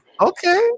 Okay